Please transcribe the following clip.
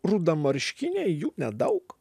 rudamarškiniai jų nedaug